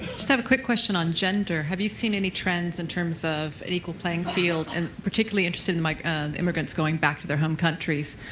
just have quick question on gender. you seen any trends in terms of and equal playing field? and particularly interested in like immigrants going back to their home countries,